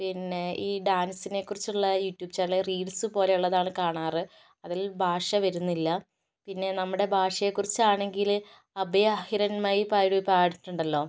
പിന്നെ ഈ ഡാൻസിനെ കുറിച്ചുള്ള യൂട്യൂബ് ചാനലുകൾ റീൽസ് പോലെ ഉള്ളതാണ് കാണാറ് അതിൽ ഭാഷ വരുന്നില്ല പിന്നെ നമ്മുടെ ഭാഷയെ കുറിച്ചാണെങ്കിൽ അഭയ ഹിരൺമയി പാടിയ പാട്ടുണ്ടല്ലോ